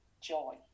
joy